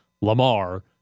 Lamar